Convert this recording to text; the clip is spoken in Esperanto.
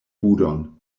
budon